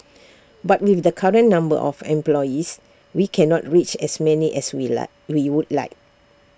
but with the current number of employees we cannot reach as many as we like we would like